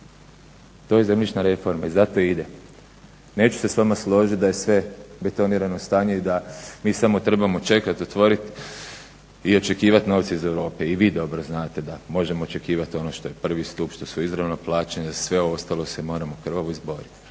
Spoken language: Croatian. to je zemljišna reforma i zato ide. Neću se s vama složiti da je sve betonirano stanje i da mi samo trebamo čekati, otvoriti i očekivati novce iz Europe. I vi dobro znate da možemo očekivati ono što je prvi stup, što su izravna plaćanja, za sve ostalo se moramo krvavo izborit.